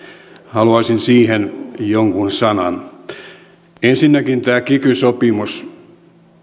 haluaisin siihen jonkun sanan sanoa ensinnäkin tämä kiky sopimus